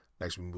Next